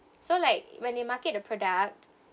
so like when they market the product